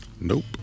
Nope